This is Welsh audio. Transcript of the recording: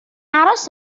aros